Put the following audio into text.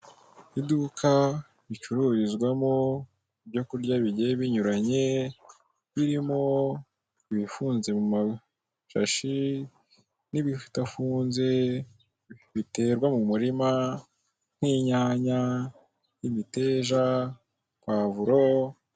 Iduka ricururizwamo ibyo kurya bigiye binyuranye, birimo ibifunze mu mashashi n'ibidafunze biterwa mu murima, n'inyanya y'imiteja, pavuro.